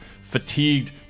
fatigued